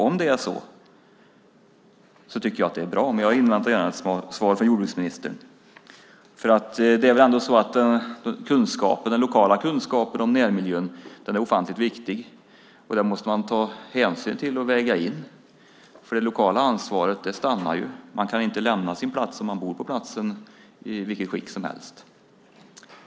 Om det är på det sättet tycker jag att det är bra, men jag inväntar gärna ett svar från jordbruksministern. Den lokala kunskapen om närmiljön är ofantligt viktig, och den måste man ta hänsyn till och väga in. Det lokala ansvaret stannar ju. Om man bor på platsen kan man inte lämna den i vilket skick som helst.